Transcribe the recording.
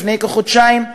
לפני כחודשיים,